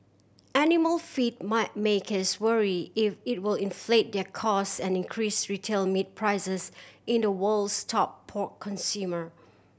animal feed might makers worry it it will inflate their cost and increase retail meat prices in the world's top pork consumer